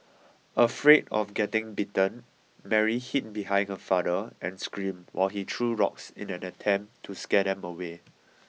afraid of getting bitten Mary hid behind her father and screamed while he threw rocks in an attempt to scare them away